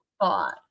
thought